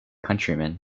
countrymen